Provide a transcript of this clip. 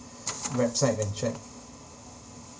website and check